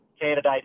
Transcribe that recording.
candidate